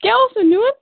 کیاہ اوسوٕ نِیُن